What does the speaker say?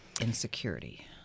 insecurity